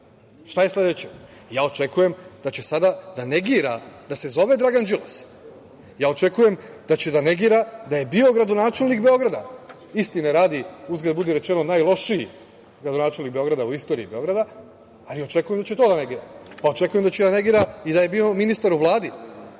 Šta je sledeće? Ja očekujem da će sada da negira da se zove Dragan Đilas. Ja očekujem da će da negira da je bio gradonačelnik Beograda. Istine radi, uzgred budi rečeno, najlošiji gradonačelnik Beograda, u istoriji Beograda, ali očekujem da će i to da negira. Očekujem da će da negira i da je bio ministar u Vladi,